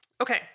Okay